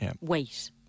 wait